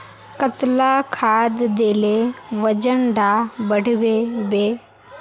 कतला खाद देले वजन डा बढ़बे बे?